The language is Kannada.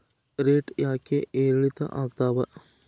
ರೇಟ್ ಯಾಕೆ ಏರಿಳಿತ ಆಗ್ತಾವ?